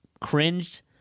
cringed